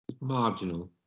marginal